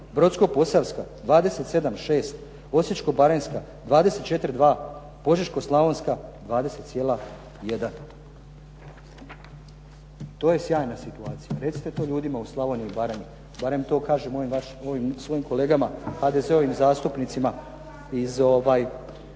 Brodsko-posavska 27,6, Osječko-baranjska 24,2, Požeško-slavonska 20,1. To je sjajna situacija. Recite to ljudima u Slavoniji i Baranji, barem to kažem ovim svojim kolegama HDZ-ovim zastupnicima iz